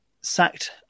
sacked